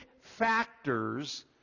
factors